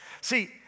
See